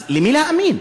אז למי להאמין?